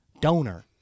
Donor